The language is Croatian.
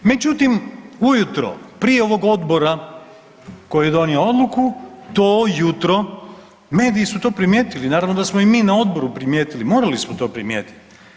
Međutim, ujutro prije ovog Odbora koji je donio odluku to jutro mediji su to primijetili, naravno da smo i mi na Odboru primijetili, morali smo to primijetiti.